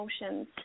emotions